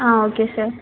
ah okay sir